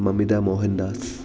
Namitha Mohandas